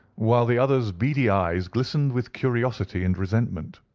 while the other's beady eyes glistened with curiosity and resentment.